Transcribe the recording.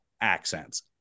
accents